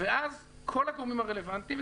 ואז כל הגורמים הרלוונטיים,